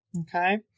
Okay